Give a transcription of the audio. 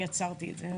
אני עצרתי את זה.